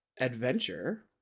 adventure